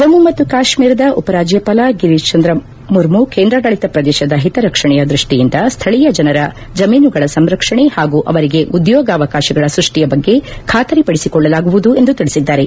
ಜಮ್ಮು ಮತ್ತು ಕಾಶ್ಮೀರದ ಉಪರಾಜ್ಯಪಾಲ ಗಿರೀಶ್ಚಂದ ಮುರ್ಮು ಕೇಂದ್ರಾಡಳಿತ ಪ್ರದೇಶದ ಹಿತರಕ್ಷಣೆಯ ದೃಷ್ಟಿಯಿಂದ ಸ್ಥಳೀಯ ಜನರ ಜಮೀನುಗಳ ಸಂರಕ್ಷಣೆ ಹಾಗೂ ಅವರಿಗೆ ಉದ್ಯೋಗಾವಕಾಶಗಳ ಸ್ಪಷ್ಟಿಯ ಬಗ್ಗೆ ಖಾತರಿ ಪಡಿಸಿಕೊಳ್ಳಲಾಗುವುದು ಎಂದು ತಿಳಿಸಿದ್ದಾರೆ